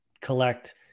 collect